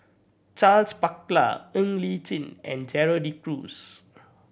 Charles Paglar Ng Li Chin and Gerald De Cruz